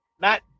Matt